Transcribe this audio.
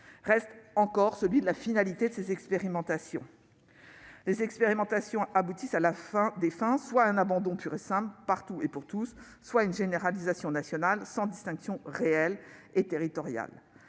reste celui de la finalité de ces expérimentations. Les expérimentations aboutissent, à la fin des fins, soit à un abandon pur et simple, partout et pour tous, soit à une généralisation nationale sans distinction réelle et territoriale.